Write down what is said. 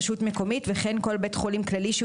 בית חולים כללי שבבעלות רשות מקומית וכן כל בית חולים כללי שהוא